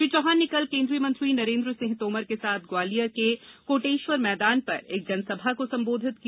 श्री चौहान ने कल केन्द्रीय मंत्री नरेन्द्र सिंह तोमर के साथ ग्वालियर के कोटेश्वर मैदान पर एक जनसभा को संबोधित किया